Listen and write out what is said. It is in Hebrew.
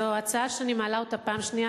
זו הצעה שאני מעלה פעם שנייה,